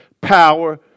power